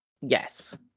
Yes